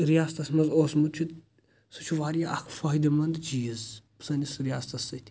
ریاستس منٛز اوسمُت چُھ سُہ چھ واریاہ اکھ فأیِدٕ منٛد چیٖز یُس سأنِس ریاستس سۭتۍ